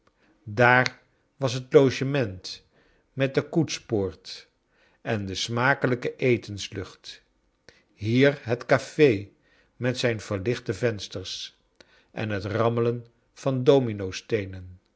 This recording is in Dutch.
daar was het logement met de koetspoort en de smakelijke etens lucht hier het cafe met zijn verlichte vensters en het rammelen van